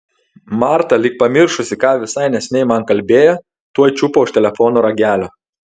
marta lyg pamiršusi ką visai neseniai man kalbėjo tuoj čiupo už telefono ragelio